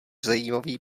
zajímavý